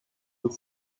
with